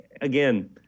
Again